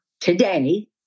today